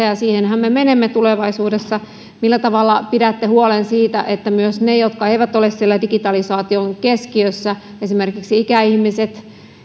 ja siihenhän me menemme tulevaisuudessa millä tavalla pidätte huolen siitä että myös ne jotka eivät ole siellä digitalisaation keskiössä esimerkiksi ikäihmiset